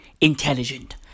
intelligent